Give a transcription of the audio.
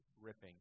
ripping